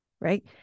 right